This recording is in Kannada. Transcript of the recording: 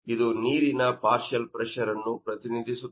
ಇದು ನೀರಿನ ಪಾರ್ಷಿಯಲ್ ಪ್ರೆಶರ್ ಅನ್ನು ಪ್ರತಿನಿಧಿಸುತ್ತದೆ